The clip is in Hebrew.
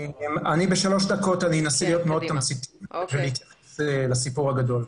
אני אעשה את זה מאוד תמציתי בשלוש דקות ואתייחס לסיפור הגדול.